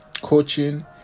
coaching